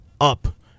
up